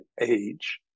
age